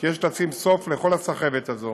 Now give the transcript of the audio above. שיש לשים סוף לכל הסחבת הזאת